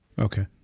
Okay